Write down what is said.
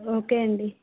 okay అండి